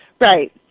Right